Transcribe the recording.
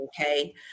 Okay